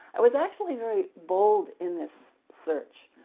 i was actually very bold in this search,